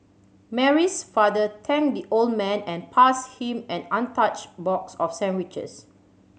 Mary's father thanked the old man and passed him an untouched box of sandwiches